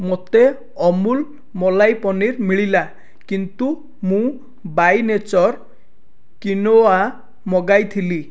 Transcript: ମୋତେ ଅମୁଲ୍ ମଲାଇ ପନିର୍ ମିଳିଲା କିନ୍ତୁ ମୁଁ ବାଇ ନେଚର କ୍ୱିନୋଆ ମଗାଇଥିଲି